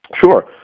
sure